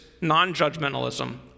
non-judgmentalism